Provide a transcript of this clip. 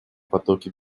потоки